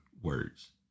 words